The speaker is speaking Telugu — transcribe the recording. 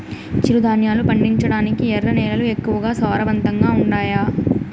చిరుధాన్యాలు పండించటానికి ఎర్ర నేలలు ఎక్కువగా సారవంతంగా ఉండాయా